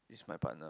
is my partner